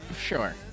Sure